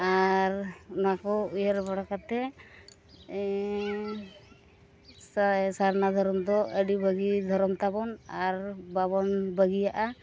ᱟᱨ ᱚᱱᱟ ᱠᱚ ᱩᱭᱦᱟᱹᱨ ᱵᱟᱲᱟ ᱠᱟᱛᱮᱫ ᱥᱟᱨᱱᱟ ᱫᱷᱚᱨᱚᱢ ᱫᱚ ᱟᱹᱰᱤ ᱵᱷᱟᱹᱜᱤ ᱫᱷᱚᱨᱚᱢ ᱛᱟᱵᱚᱱ ᱟᱨ ᱵᱟᱵᱚᱱ ᱵᱟᱹᱜᱤᱭᱟᱜᱼᱟ